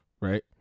right